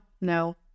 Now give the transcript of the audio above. no